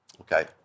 okay